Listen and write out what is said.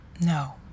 No